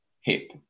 hip